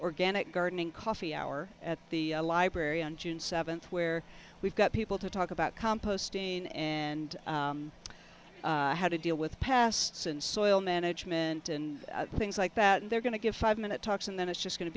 organic gardening coffee hour at the library on june seventh where we've got people to talk about composting and how to deal with pasts and soil management and things like that and they're going to give five minute talks and then it's just going to